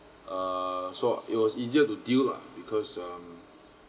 err so it was easier to deal lah because um